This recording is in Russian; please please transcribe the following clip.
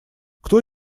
кто